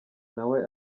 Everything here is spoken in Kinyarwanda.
nawe